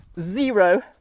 zero